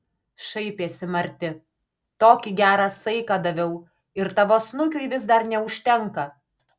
šaipėsi marti tokį gerą saiką daviau ir tavo snukiui vis dar neužtenka